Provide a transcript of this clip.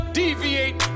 deviate